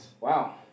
Wow